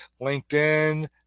LinkedIn